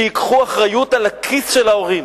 שייקחו אחריות על הכיס של ההורים.